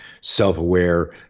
self-aware